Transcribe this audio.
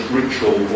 ritual